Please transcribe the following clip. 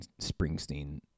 Springsteen